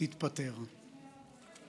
תתפטר.